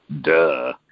duh